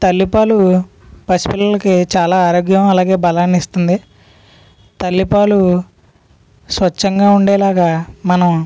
తల్లిపాలు పసిపిల్లలకి చాలా ఆరోగ్యం అలాగే బలాన్ని ఇస్తుంది తల్లిపాలు స్వచ్ఛంగా ఉండేలాగా మనం